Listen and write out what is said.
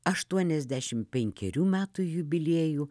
aštuoniasdešim penkerių metų jubiliejų